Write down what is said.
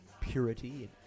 purity